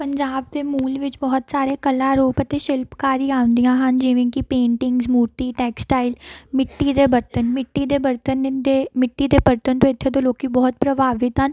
ਪੰਜਾਬ ਦੇ ਮੂਲ ਵਿੱਚ ਬਹੁਤ ਸਾਰੇ ਕਲਾ ਰੂਪ ਅਤੇ ਸ਼ਿਲਪਕਾਰੀ ਆਉਂਦੀਆਂ ਹਨ ਜਿਵੇਂ ਕਿ ਪੇਂਟਿੰਗਸ ਮੂਰਤੀ ਟੈਕਸਟਾਈਲ ਮਿੱਟੀ ਦੇ ਬਰਤਨ ਮਿੱਟੀ ਦੇ ਬਰਤਨ ਮਿੱਟੀ ਦੇ ਬਰਤਨ ਤੋਂ ਇੱਥੇ ਦੇ ਲੋਕ ਬਹੁਤ ਪ੍ਰਭਾਵਿਤ ਹਨ